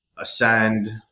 Ascend